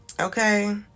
okay